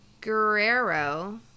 Guerrero